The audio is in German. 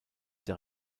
der